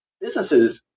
businesses